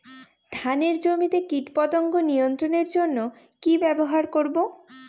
ধানের জমিতে কীটপতঙ্গ নিয়ন্ত্রণের জন্য কি ব্যবহৃত করব?